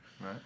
Right